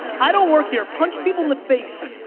i don't work here. punch people in the face.